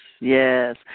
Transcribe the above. yes